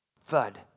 thud